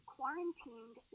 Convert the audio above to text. Quarantined